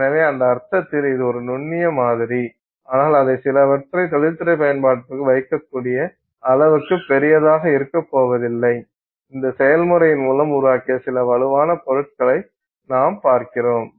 எனவே அந்த அர்த்தத்தில் இது ஒரு நுண்ணிய மாதிரி ஆனால் அதை சில தொழில்துறை பயன்பாட்டிற்கு வைக்கக்கூடிய அளவுக்கு பெரியதாக இருக்கப்போவதில்லை இந்த செயல்முறையின் மூலம் உருவாக்கிய சில வலுவான பொருள்களை நாம் பார்க்கிறோம்